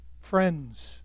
Friends